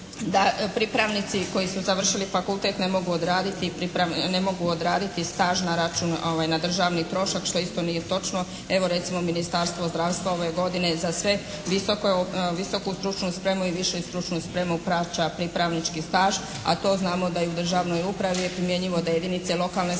da pripravnici koji su završili fakultet ne mogu odraditi staž na račun na državni trošak što isto nije točno. Evo recimo Ministarstvo zdravstva ove je godine za sve visoku stručnu spremu i višu stručnu spremu plaća pripravnički staž, a to znamo da i u državnoj upravi je primjenjivo da jedinice lokalne samouprave